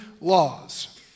laws